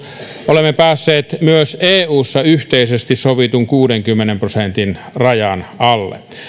olemme päässeet myös eussa yhteisesti sovitun kuudenkymmenen prosentin rajan alle